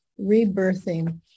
rebirthing